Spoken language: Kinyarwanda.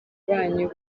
banyu